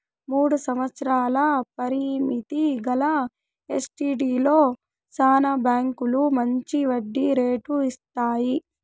మూడు సంవత్సరాల పరిమితి గల ఎస్టీడీలో శానా బాంకీలు మంచి వడ్డీ రేటు ఇస్తాయి